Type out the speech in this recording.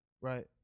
Right